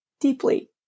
deeply